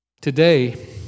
Today